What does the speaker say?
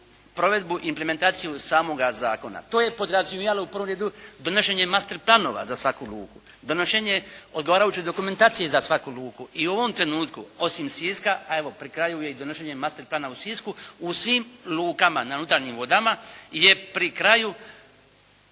provedbu i implementaciju samoga zakona. To je podrazumijevalo u prvom redu donošenje master planova za svaku luku, donošenje odgovarajuće dokumentacije za svaku luku. I u ovom trenutku osim Siska a evo pri kraju je i donošenje master plana u Sisku u svim lukama na unutarnjim vodama je pri kraju